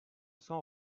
cents